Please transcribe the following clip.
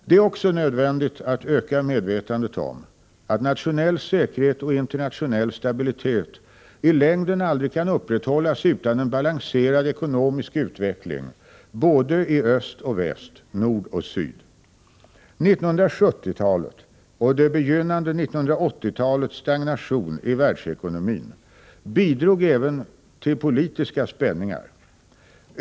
Det är också nödvändigt att öka medvetandet om att nationell säkerhet och internationell stabilitet i längden aldrig kan upprätthållas utan en balanserad ekonomisk utveckling både i öst och väst, nord och syd. 1970-talet och det begynnande 1980-talets stagnation i världsekonomin bidrog även till politiska spänningar.